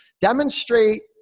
Demonstrate